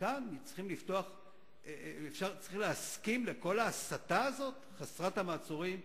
מכאן צריכים להסכים לכל ההסתה הזאת חסרת המעצורים?